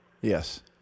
Yes